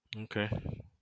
Okay